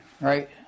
right